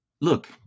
look